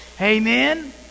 Amen